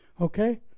okay